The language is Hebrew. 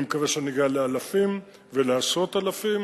אני מקווה שנגיע לאלפים ולעשרות אלפים,